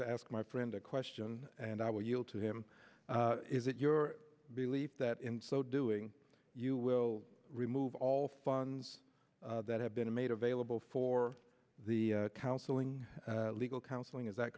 to ask my friend a question and i will yield to him is it your belief that in so doing you will remove all funds that have been made available for the counseling legal counseling is that